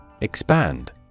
Expand